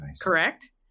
correct